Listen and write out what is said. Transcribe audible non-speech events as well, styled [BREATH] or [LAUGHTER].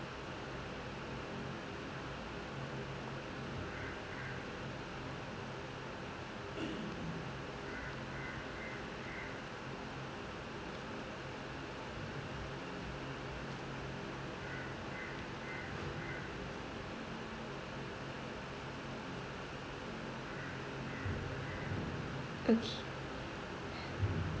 okay [BREATH]